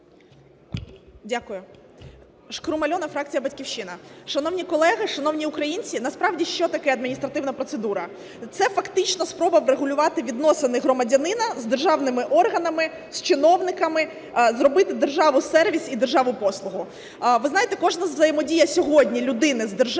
Дякую. Шкрум Альона, фракція "Батьківщина". Шановні колеги, шановні українці! Насправді що таке адміністративна процедура – це фактично спроба врегулювати відносини громадянина з державними органами, з чиновниками, зробити державу-сервіс і державу-послугу. Ви знаєте, кожна взаємодія сьогодні людини з державою,